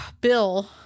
Bill